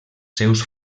seus